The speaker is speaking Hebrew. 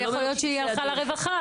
יכול להיות שהיא הלכה לרווחה.